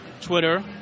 Twitter